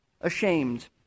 ashamed